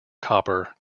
copper